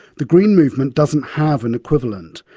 the green movement doesn't have an equivalent.